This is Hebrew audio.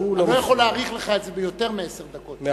אני לא יכול להאריך לך את זה ביותר מעשר דקות,